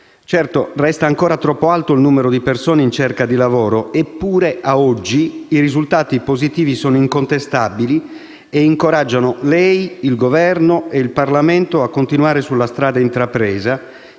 Certo, resta ancora troppo alto il numero di persone in cerca di lavoro eppure, a oggi, i risultati positivi sono incontestabili e incoraggiano lei, il Governo e il Parlamento a continuare sulla strada intrapresa,